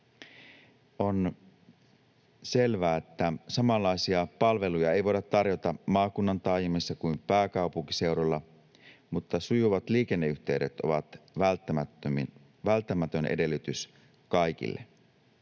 On selvää, että samanlaisia palveluja ei voida tarjota maakunnan taajamissa kuin pääkaupunkiseudulla, mutta sujuvat liikenneyhteydet ovat välttämätön edellytys kaikille.